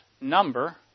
number